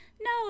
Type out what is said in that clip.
no